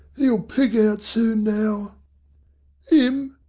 e'll peg out soon now im?